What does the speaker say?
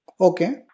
Okay